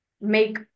make